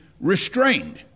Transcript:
restrained